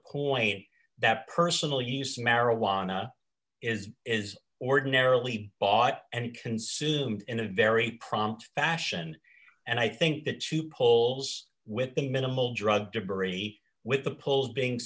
point that personal use marijuana is is ordinarily bought and consumed in a very prompt fashion and i think that to polls with the minimal drug debris with the polls being